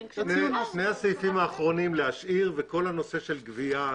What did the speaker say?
שני הסעיפים האחרונים להשאיר וכל הנושא של גבייה,